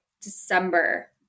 December